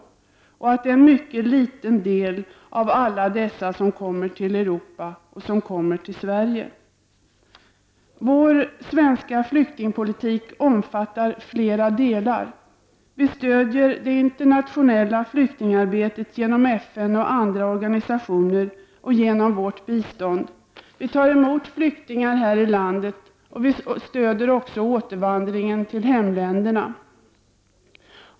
Det är bara en mycket liten del av alla dem som kommer till Europa och till Sverige. Vår svenska flyktingpolitik omfattar flera delar. Vi stöder det internationella flyktingarbetet genom FN och andra organisationer och genom vårt bistånd. Vi tar emot flyktingar här i landet och vi stöder också återvandring till hemländerna.